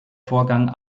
vorgang